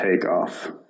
takeoff